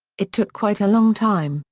it took quite a long time,